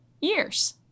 years